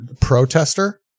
protester